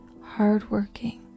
hard-working